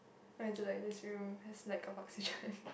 why is like this room has lack of oxygen